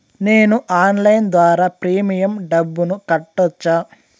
నేను ఆన్లైన్ ద్వారా ప్రీమియం డబ్బును కట్టొచ్చా?